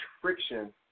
friction